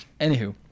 Anywho